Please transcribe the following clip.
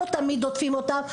לא תמיד עוטפים אותם,